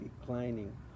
declining